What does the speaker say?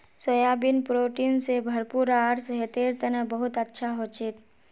soybean protein स भरपूर आर सेहतेर तने बहुत अच्छा हछेक